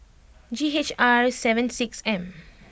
G H R seven six M